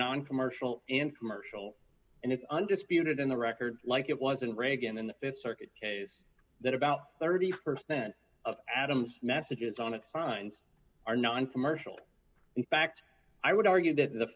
noncommercial in marshall and it's undisputed in the record like it wasn't reagan in the th circuit case that about thirty percent of adam's messages on its lines are noncommercial in fact i would argue that the